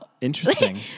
Interesting